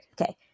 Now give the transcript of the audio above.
Okay